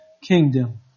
kingdom